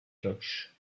cloches